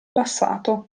passato